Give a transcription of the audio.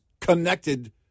connected